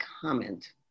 comment